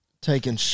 taking